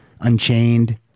Unchained